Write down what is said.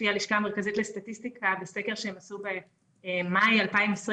לפי הלשכה המרכזית לסטטיסטיקה בסקר שהם עשו במאי 2020,